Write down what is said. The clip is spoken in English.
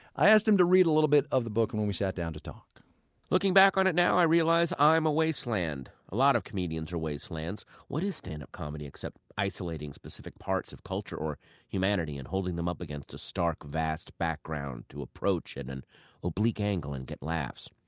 i asked him to read a little bit of the book and when we sat down to talk looking back on it now, i realize i am a wasteland. a lot of comedians are wastelands. what is stand-up comedy except isolating specific parts of culture or humanity and holding them up against a stark, vast background to approach at an oblique angle and get laughs.